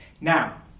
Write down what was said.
Now